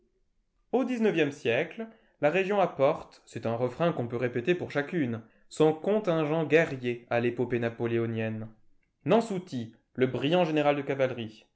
au dix-neuvième siècle la région apporte c'est un refrain qu'on peut répéter pour chacune son contingent guerrier à l'épopée napoléonienne nansouty le brillant général de cavalerie